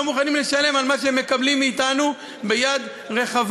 הם לא מוכנים לשלם על מה שהם מקבלים מאתנו ביד רחבה.